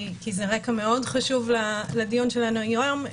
כי זה רקע מאוד חשוב לדיון שלנו היום,